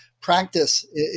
practice